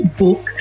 book